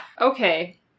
Okay